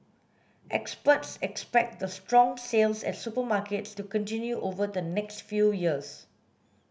experts expect the strong sales at supermarkets to continue over the next few years